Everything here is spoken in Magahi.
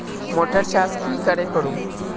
मोटर चास की करे करूम?